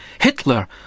Hitler